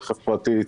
רכב פרטי,